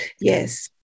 Yes